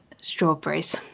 strawberries